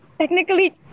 technically